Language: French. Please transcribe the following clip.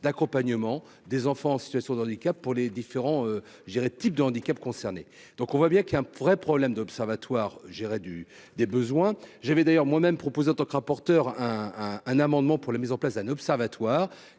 d'accompagnement des enfants en situation d'handicap pour les différents, je dirais, types de handicap concernés, donc on voit bien qu'il y a un vrai problème d'observatoire du des besoins, j'avais d'ailleurs moi-même proposé en tant que rapporteur, un amendement pour la mise en place d'un observatoire